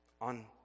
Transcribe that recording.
on